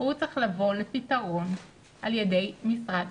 הוא צריך לבוא לפתרון על ידי משרד